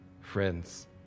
Friends